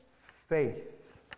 Faith